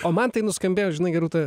o man tai nuskambėjo žinai gerūta